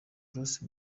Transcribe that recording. grace